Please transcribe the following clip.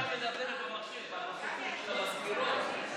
במחשבים.